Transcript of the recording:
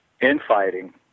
infighting